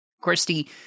Christy